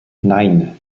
nein